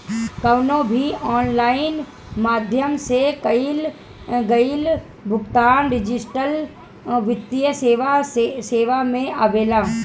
कवनो भी ऑनलाइन माध्यम से कईल गईल भुगतान डिजिटल वित्तीय सेवा में आवेला